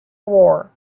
war